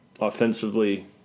offensively